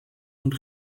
und